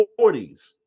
40s